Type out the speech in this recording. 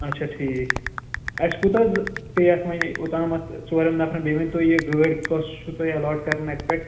اچھا ٹھیٖک اَسہِ کوٗتاہ حظ پیٚیہِ اَتھ وۅنۍ اوٚتامَتھ ژورَن نَفرَن بیٚیہِ ؤنۍ تو یہِ گٲڑۍ کۄس چھُو تۄہہِ اَٮ۪لاٹ کَران اَتہِ پٮ۪ٹھ